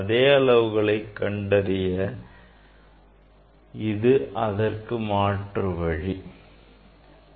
அதே அளவுகளைக் கண்டறிய இது அதற்கு மாற்று முறை ஆகும்